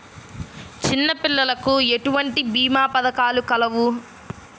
చిన్నపిల్లలకు ఎటువంటి భీమా పథకాలు కలవు?